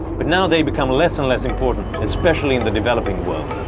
but now they've become less and less important, especially in the developing world.